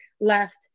left